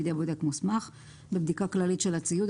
בידי בודק מוסמך בבדיקה כללית של הציוד,